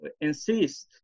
insist